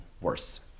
worse